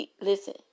Listen